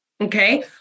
okay